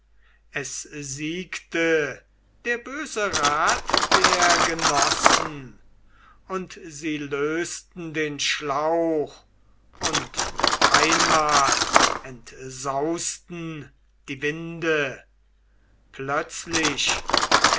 es siegte der böse rat der genossen und sie lösten den schlauch und mit einmal